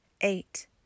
eight